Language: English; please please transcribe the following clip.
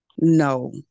no